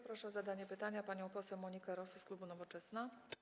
Proszę o zadanie pytania panią poseł Monikę Rosę z klubu Nowoczesna.